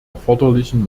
erforderlichen